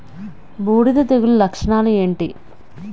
బూడిద తెగుల లక్షణాలు ఏంటి?